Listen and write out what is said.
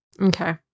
Okay